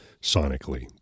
sonically